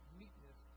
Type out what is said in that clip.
meekness